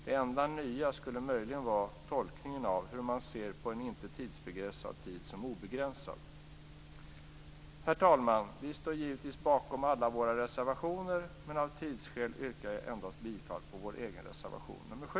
Det enda nya skulle möjligen vara tolkningen av hur man ser på en inte tidsbegränsad tid som obegränsad. Herr talman! Vi står givetvis bakom alla våra reservationer, men av tidsskäl yrkar jag bifall endast till vår egen reservation 7.